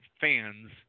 fans